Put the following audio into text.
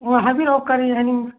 ꯑꯣ ꯍꯥꯏꯕꯤꯔꯛꯑꯣ ꯀꯔꯤ ꯍꯥꯏꯅꯤꯡꯕ